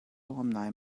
alumni